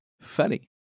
funny